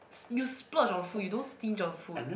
you splurge on food you don't stinge on food